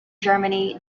germany